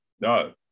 No